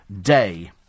day